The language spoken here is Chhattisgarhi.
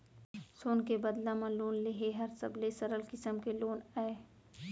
सोन के बदला म लोन लेहे हर सबले सरल किसम के लोन अय